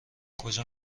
کجا